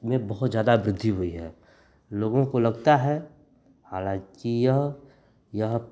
में बहुत ज़्यादा वृद्धि हुई है लोगों को लगता है हालाँकि यह